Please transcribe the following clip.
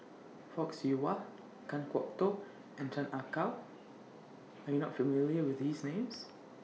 Fock Siew Wah Kan Kwok Toh and Chan Ah Kow YOU Are not familiar with These Names